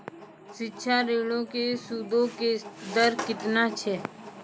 शिक्षा ऋणो के सूदो के दर केतना छै?